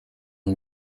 une